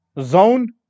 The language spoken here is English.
zone